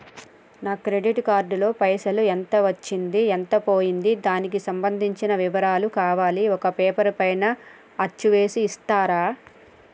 నా credit card లో పైసలు ఎంత వచ్చింది ఎంత పోయింది దానికి సంబంధించిన వివరాలు కావాలి ఒక పేపర్ పైన అచ్చు చేసి ఇస్తరా?